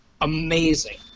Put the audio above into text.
amazing